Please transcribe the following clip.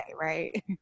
Right